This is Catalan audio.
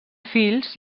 fills